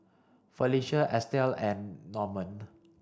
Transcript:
Felicia Estill and Norman